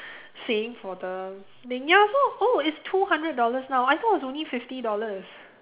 saying for the thing ya so oh it's two hundred dollars now I thought it was only fifty dollars